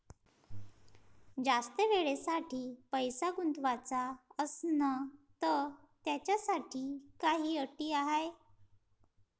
जास्त वेळेसाठी पैसा गुंतवाचा असनं त त्याच्यासाठी काही अटी हाय?